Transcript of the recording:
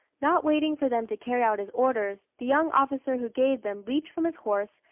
not waiting for them to carry out his orders, the young officer who gave them leaped from his horse,